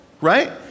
right